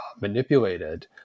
manipulated